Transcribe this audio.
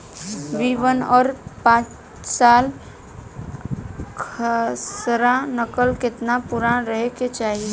B one और पांचसाला खसरा नकल केतना पुरान रहे के चाहीं?